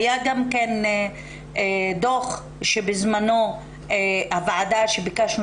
היה גם דוח של הוועדה שבזמנו ביקשנו